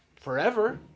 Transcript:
forever